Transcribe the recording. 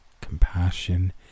compassion